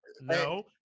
No